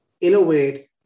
innovate